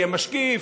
יהיה משקיף,